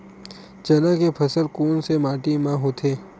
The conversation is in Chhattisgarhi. चना के फसल कोन से माटी मा होथे?